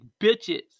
bitches